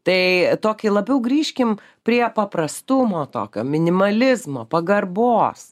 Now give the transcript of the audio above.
tai tokį labiau grįžkim prie paprastumo tokio minimalizmo pagarbos